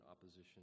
opposition